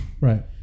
Right